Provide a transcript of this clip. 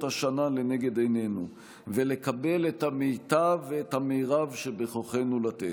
השנה לנגד עינינו ולקבל את המיטב ואת המרב שבכוחנו לתת.